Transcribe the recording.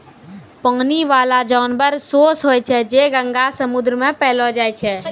पानी बाला जानवर सोस होय छै जे गंगा, समुन्द्र मे पैलो जाय छै